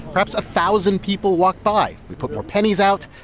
perhaps a thousand people walked by. we put more pennies out.